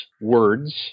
words